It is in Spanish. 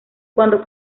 cuando